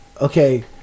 okay